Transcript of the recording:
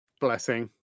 Blessing